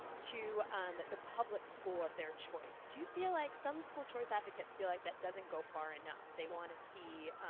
to um the public school of their choice. do you feel like some school choice advocates feel like that doesn't go far enough? they want to see